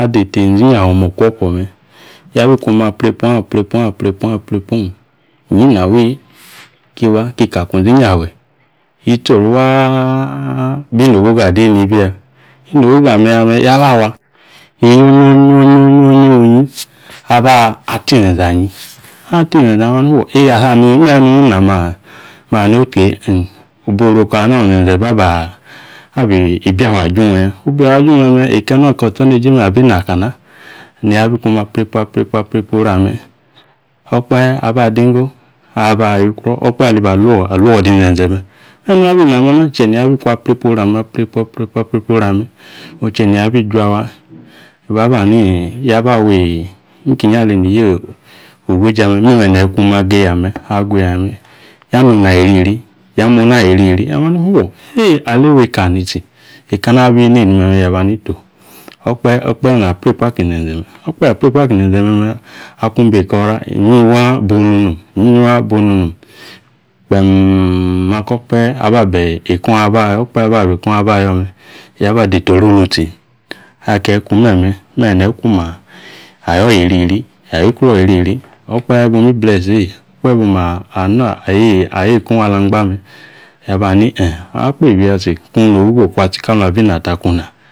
Adeta inzi ingbafe̱ okwo̱kwo̱, me̱e̱ yabi kume̱ aprepwa ong, aprepwa ong aprepwa ong, aprepwa ong. Inyi na wii ki wa kika kwi inzi inyafe, yitsi oru waa bina ogogo adii mibi ya. Inagogo ame̱ yame̱, yaba wa eya onyi onyi onyi onyi onyi onyi aba, inze̱nze̱ anyi. Ati mze̱nze̱ a namaha ni fuo, eya nani me̱e̱ nung ina maa? maani okey Boru o̱ko̱ hano inzenze̱ babaa babi buyafa ajunya, ibuyafa ajung me̱me̱ eka na, eka otson eje me̱ abi na kana? Niya abikume̱ aprepwa, aprepwa, aprepwa. aprepwa oru ame̱, okpahe̱ aba adinggo, aaba yukuwo. Okpahe aliba aluo aluodo mzenze me̱ e̱me̱ nung aabi name̱ na che niya biku aprepwa oru me̱ aprepwa aprepwa oru me̱ onkie niabi juawa, nibu aba hanii, yaba wii inkinyi aleni yi o ogoja me me̱me̱ ne̱yi ikwom ageya me̱ agoya me̱. Ya nona yiriri, ya mo̱na yiriri nami ani fuo, eye, alewu ekanitsi? Ekana aabi neni me̱me̱ yami ani to, okpeh o̱kpahe̱ na prepwa aki inze̱nze me̱. Okpahe aki inzenze me̱me̱ akung beka ora, inyiyi waa. Bonu nom, inyinyi waa bonu nom kpemmm ako̱ okpahe aba be ekong abayo, okpahe̱ aba bekong aba yome̱. Ya deta ore nutsi. Akeyi ikume̱me̱, me̱ niyikwoma ayo̱ yiriri, ayukwo̱ yiriri. Okpahe bomi bless eyi, okpahe boma ana ayeka ong alaqba me̱ eyi bani e̱ akpeebi yatsi. Kung nogogo kwatsi kahung abinata kung na.